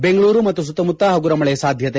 ಬೆಂಗಳೂರು ಮತ್ತು ಸುತ್ತಮುತ್ತ ಹಗುರ ಮಳೆ ಸಾಧ್ವತೆ